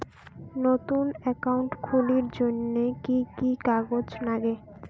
নতুন একাউন্ট খুলির জন্যে কি কি কাগজ নাগে?